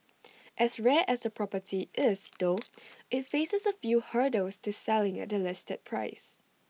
as rare as the property is though IT faces A few hurdles to selling at the listed price